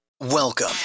Welcome